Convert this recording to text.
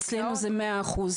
אצלנו זה 100%,